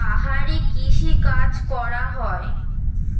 পাহাড়ি কৃষি কাজ করা হয়